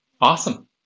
Awesome